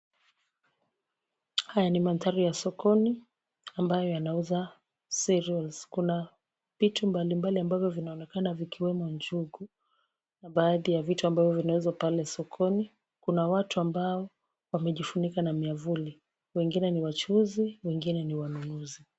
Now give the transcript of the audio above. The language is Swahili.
Haya ni mandhari ya sokoni. Ambayo yanauza cereals . Kuna vitu mbalimbali ambavyo vinaonekana vikiwemo njugu, na baadhi ya vitu ambavyo vinauzwa pale sokoni, kuna watu ambao wamejifunika na miavuli, wengine ni wachuuzi, wengine ni wanunuzi.